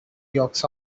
yolks